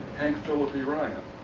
hank phillippi ryan.